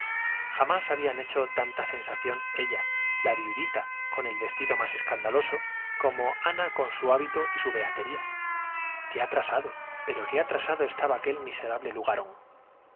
jamás había hecho tanta sensación ella la viudita con el vestido más escandaloso como ana con su hábito y su beatería qué atrasado pero qué atrasado estaba aquel miserable lugarón